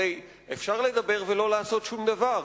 הרי אפשר לא לעשות שום דבר,